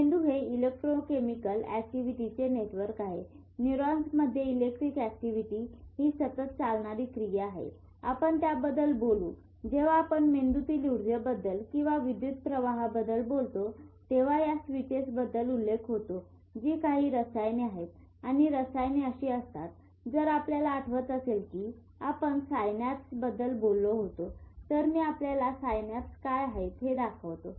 मेंदू हे इलेक्ट्रोकेमिकल अॅक्टिव्हिटीचे नेटवर्क आहे न्यूरॉन्समध्ये इलेक्ट्रिक अॅक्टिव्हिटी ही सतत चालणारी क्रिया आहे आपण त्याबद्दल बोलू जेव्हा आपण मेंदूतील ऊर्जेबद्दल किंवा विद्युत प्रवाहाबद्दल बोलतो तेंव्हा या स्विचेस बद्दल उल्लेख होतो जी कांही रसायने आहेत आणि रसायने अशी असतात जर आपल्याला आठवत असेल की आपण सायनॅप्स बद्दल बोललो होतो तर मी आपल्याला सायनॅप्स काय आहेत हे दाखवतो